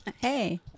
Hey